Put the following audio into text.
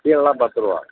கீழேலாம் பத்து ரூபா